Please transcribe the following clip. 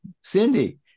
Cindy